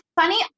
Funny